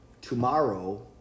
tomorrow